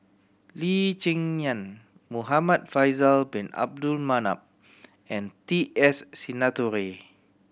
Lee Cheng Yan Muhamad Faisal Bin Abdul Manap and T S Sinnathuray